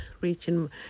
reaching